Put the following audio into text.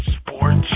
Sports